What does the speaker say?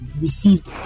received